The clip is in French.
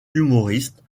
humoristes